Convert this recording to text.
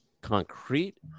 Concrete